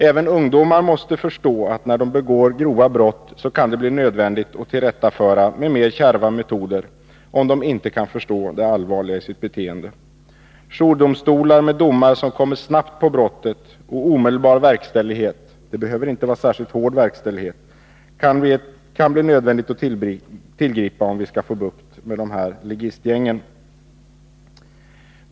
Även ungdomar måste förstå att när de begår grova brott, kan det bli nödvändigt att tillrättaföra dem med mer kärva metoder, om de inte kan förstå det allvarliga i sitt beteende. Det kan bli nödvändigt att tillgripa jourdomstolar och domar som följer snabbt på brottet och med omedelbar verkställighet — det behöver inte vara särskilt hård verkställighet — om vi skall få bukt med ligistgängen.